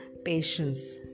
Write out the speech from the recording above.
Patience